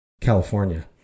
California